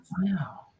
Wow